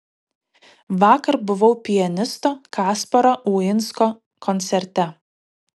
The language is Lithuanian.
vakar buvau pianisto kasparo uinsko koncerte